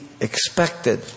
expected